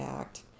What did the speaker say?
Act